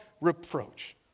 reproach